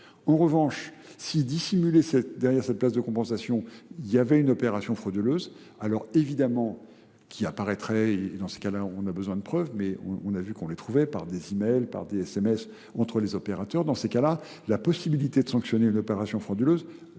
En revanche, si dissimulé derrière cette place de compensation, il y avait une opération frauduleuse, alors évidemment, qui apparaîtraient, et dans ces cas-là on a besoin de preuves, mais on a vu qu'on les trouvait par des emails, par des SMS entre les opérateurs. Dans ces cas-là, la possibilité de sanctionner une opération frauduleuse